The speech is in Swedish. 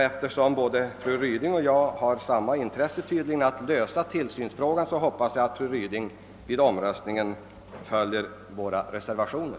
Eftersom både fru Ryding och jag tydligen har samma intresse av att lösa tillsynsfrågan, hoppas jag att fru Ryding vid omröstningen följer våra reservationer.